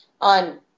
on